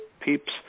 peeps